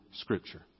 Scripture